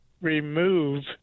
remove